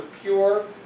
pure